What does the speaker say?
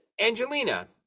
Angelina